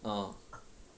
ah